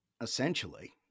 essentially